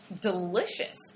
delicious